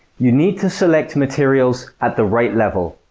you need to select materials at the right level.